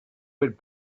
would